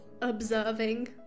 observing